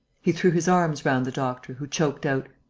he threw his arms round the doctor, who choked out